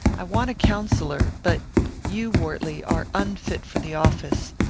i want a counsellor but you, wortley, are unfit for the office.